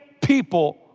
people